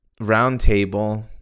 Roundtable